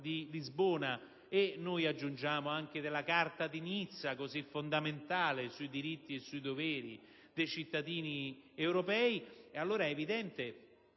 di Lisbona - e noi aggiungiamo anche della Carta di Nizza, così fondamentale sui diritti e sui doveri dei cittadini europei - che la legge